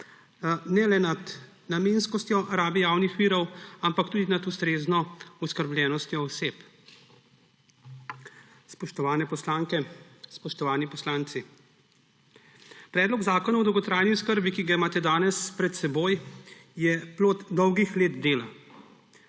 ne le nad namenskostjo rabe javnih virov, ampak tudi nad ustrezno oskrbljenostjo oseb. Spoštovane poslanke, spoštovani poslanci, Predlog zakona o dolgotrajni oskrbi, ki ga imate danes pred seboj, je plod dolgih let dela,